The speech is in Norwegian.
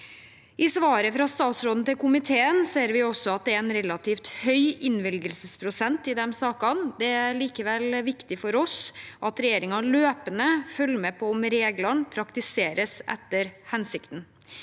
I svaret fra statsråden til komiteen ser vi at det er en relativt høy innvilgelsesprosent i disse sakene. Det er likevel viktig for oss at regjeringen løpende følger med på om reglene praktiseres etter hensikten.